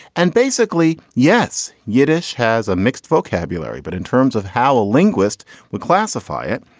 and basically, yes, yiddish has a mixed vocabulary. but in terms of how a linguist would classify it,